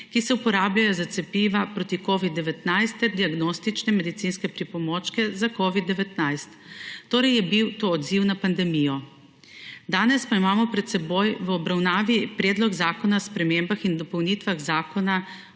ki se uporabijo za cepiva proti covid-19 ter diagnostične medicinske pripomočke za covid-19, torej je bil to odziv na pandemijo. Danes pa imamo pred seboj v obravnavi Predlog zakona o spremembah in dopolnitvah Zakona